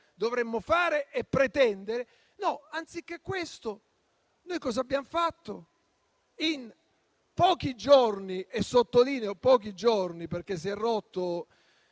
dovremmo fare e pretendere). Anziché questo, che cosa abbiamo fatto? In pochi giorni - e sottolineo pochi giorni - si è rotto,